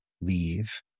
leave